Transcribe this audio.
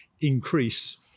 increase